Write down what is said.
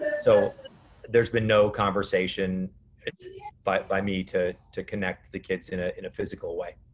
so there's been no conversation but by me to to connect the kids in ah in a physical way.